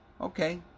okay